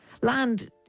Land